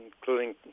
including